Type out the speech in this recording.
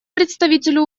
представителю